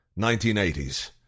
1980s